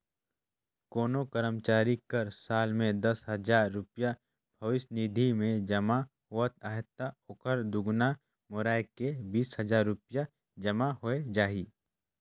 कोनो करमचारी कर साल में दस हजार रूपिया भविस निधि में जमा होवत अहे ता ओहर दुगुना मेराए के बीस हजार रूपिया जमा होए जाही